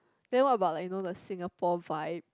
then what about like you know the Singapore vibe